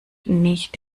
nicht